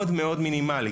מאוד מאוד מינימלי.